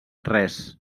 res